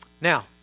Now